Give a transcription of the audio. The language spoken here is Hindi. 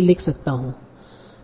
लिख सकता हूं